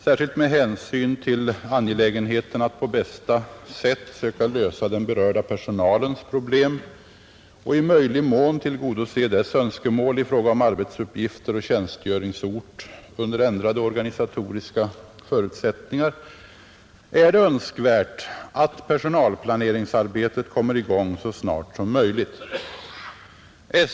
Särskilt med hänsyn till angelägenheten att på bästa sätt söka lösa den berörda personalens problem och i möjlig mån tillgodose dess önskemål i fråga om arbetsuppgifter och tjänstgöringsort under ändrade organisatoriska förutsättningar är det önskvärt att personalplaneringsarbetet kommer i gång så snart som möjligt.